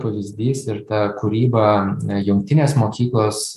pavyzdys ir ta kūryba jungtinės mokyklos